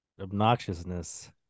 obnoxiousness